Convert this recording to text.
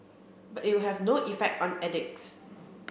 but it will have no effect on addicts